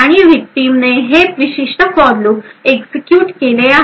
आणि विक्टिम ने हे विशिष्ट for लूप एक्झिक्युट केले आहे